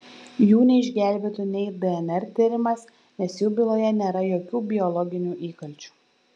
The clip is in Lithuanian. jų neišgelbėtų nei dnr tyrimas nes jų byloje nėra jokių biologinių įkalčių